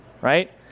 right